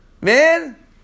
man